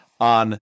on